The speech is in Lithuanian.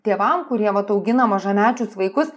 tėvam kurie vat augina mažamečius vaikus